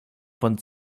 von